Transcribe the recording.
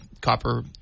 copper